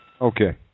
Okay